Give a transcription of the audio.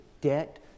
debt